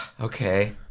okay